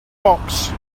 box